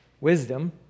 Wisdom